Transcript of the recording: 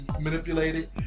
manipulated